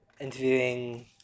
interviewing